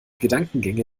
gedankengänge